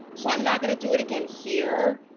so i'm not gonna do it again here.